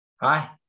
hi